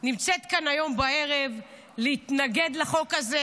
נמצאת כאן היום בערב להתנגד לחוק הזה,